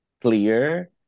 clear